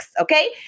Okay